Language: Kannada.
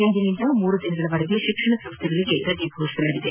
ಇಂದಿನಿಂದ ಮೂರು ದಿನಗಳ ವರೆಗೆ ಶಿಕ್ಷಣ ಸಂಸ್ಥೆಗಳಿಗೆ ರಜೆ ಘೋಷಿಸಲಾಗಿದೆ